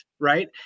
right